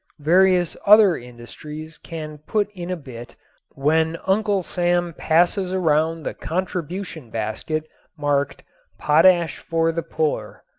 various other industries can put in a bit when uncle sam passes around the contribution basket marked potash for the poor.